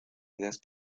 ideas